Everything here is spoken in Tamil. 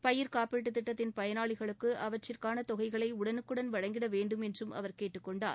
பயிா்க் காப்பீட்டு திட்டத்தின் பயனாளிகளுக்கு அவற்றிற்கான தொகைகளை உடனுக்குடன் வழங்கிட வேண்டும் என்றும் அவர் கேட்டுக் கொண்டார்